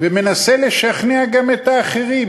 ומנסה לשכנע גם את האחרים.